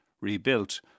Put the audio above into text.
rebuilt